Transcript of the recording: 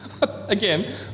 Again